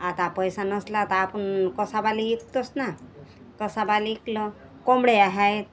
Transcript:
आता पैसा नसला तर आपण कसाबाला विकतोच ना कसाबाला विकलं कोंबड्या आहेत